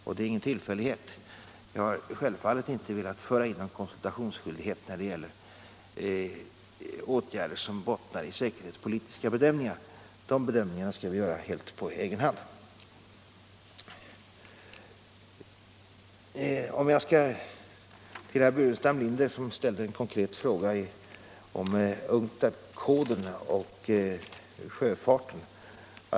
Och det är ingen tillfällighet — vi har självfallet inte velat föra in någon konsultationsskyldighet när det gäller åtgärder som bottnar i säkerhetspolitiska be debatt och valutapolitisk debatt dömningar. De bedömningarna skall vi göra helt på egen hand. Herr Burenstam Linder ställde en konkret fråga om UNCTAD-koden och sjöfarten.